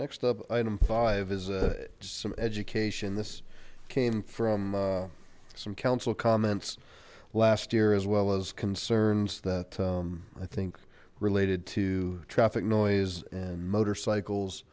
next up item five is a some education this came from some council comments last year as well as concerns that i think related to traffic noise and motorcycles